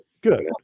good